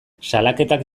salaketak